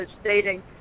stating